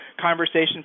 conversation